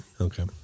Okay